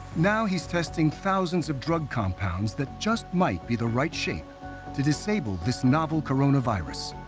now he's testing thousands of drug compounds that just might be the right shape to disable this novel coronavirus.